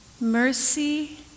Mercy